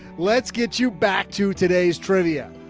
let's get you back to today's trivia.